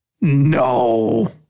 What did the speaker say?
No